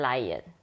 Lion 。